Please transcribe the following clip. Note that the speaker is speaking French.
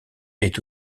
est